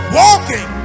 walking